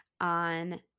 On